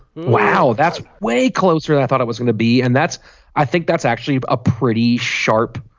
wow that's way closer than i thought it was going to be and that's i think that's actually a pretty sharp